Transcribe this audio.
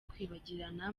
kwibagirana